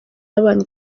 n’abana